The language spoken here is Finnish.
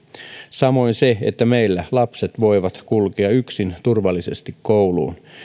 samoin se että meillä lapset voivat kulkea yksin turvallisesti kouluun